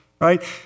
right